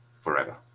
forever